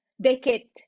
decade